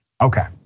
Okay